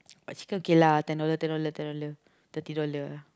but chicken kay lah ten dollar ten dollar ten dollar thirty dollar ah